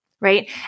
right